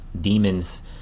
demons